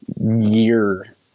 year